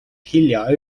hilja